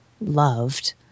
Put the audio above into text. loved